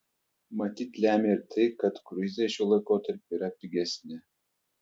matyt lemia ir tai kad kruizai šiuo laikotarpiu yra pigesni